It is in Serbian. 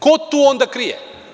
Ko tu onda krije?